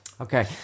Okay